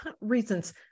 reasons